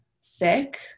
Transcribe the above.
sick